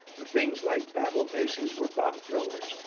the things like battle-maces were bomb-throwers,